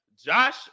Josh